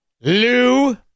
Lou